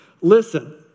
listen